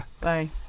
Bye